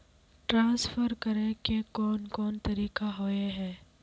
Transfer करे के कोन कोन तरीका होय है?